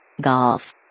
Golf